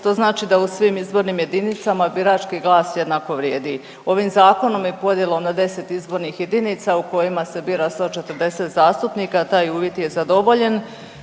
To znači da u svim izbornim jedinicama birački glas jednako vrijedi. Ovim zakonom i podjelom na 10 izbornih jedinica u kojima se bira 140 zastupnika taj uvjet je zadovoljen.